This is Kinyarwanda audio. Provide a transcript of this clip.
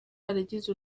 yaragize